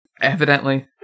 Evidently